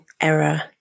error